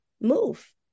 move